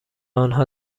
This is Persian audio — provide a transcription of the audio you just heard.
آنها